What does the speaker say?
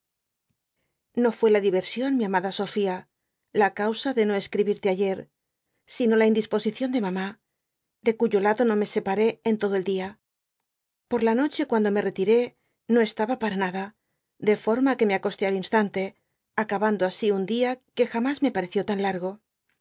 o fué la diversión mi amada sofía la causa de no escribirte ier sino la indisposición de mamá de cuyo lado no me separé en todo el dia por la noche cuando me retiré no estaba para nada de forma que me acosté al instante acabando asi un dia que jamas me pareció t largo